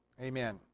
amen